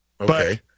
Okay